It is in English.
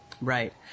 Right